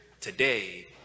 today